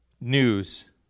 news